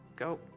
go